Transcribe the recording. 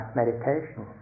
meditation